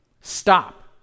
stop